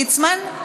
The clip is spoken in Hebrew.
ליצמן?